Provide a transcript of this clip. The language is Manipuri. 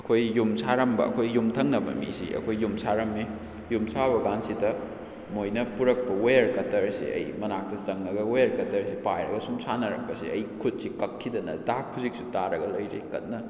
ꯑꯩꯈꯣꯏ ꯌꯨꯝ ꯁꯥꯔꯝꯕ ꯑꯩꯈꯣꯏ ꯌꯨꯝꯊꯪꯅꯕ ꯃꯤꯁꯤ ꯑꯩꯈꯣꯏ ꯌꯨꯝ ꯁꯥꯔꯝꯃꯤ ꯌꯨꯝ ꯁꯥꯕ ꯀꯥꯟꯁꯤꯗ ꯃꯣꯏꯅ ꯄꯨꯔꯛꯄ ꯋꯦꯌꯔ ꯀꯇꯔ ꯑꯁꯤ ꯑꯩ ꯃꯅꯥꯛꯇ ꯆꯪꯉꯒ ꯋꯦꯌꯔ ꯀꯇꯔꯁꯤ ꯄꯥꯏꯔꯒ ꯁꯨꯝ ꯁꯥꯟꯅꯔꯛꯄꯁꯦ ꯑꯩ ꯈꯨꯠꯁꯤ ꯀꯛꯈꯤꯗꯅ ꯗꯥꯛ ꯍꯧꯖꯤꯛꯁꯨ ꯇꯥꯔꯒ ꯂꯩꯔꯤ ꯀꯟꯅ